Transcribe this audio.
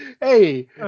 Hey